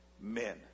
men